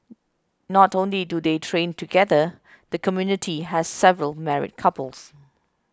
not only do they train together the community has several married couples